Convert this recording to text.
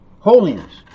Holiness